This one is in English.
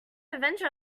avenger